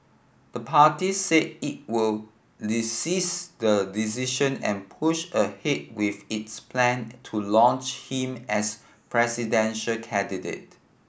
the party said it would resist the decision and push ahead with its plan to launch him as presidential candidate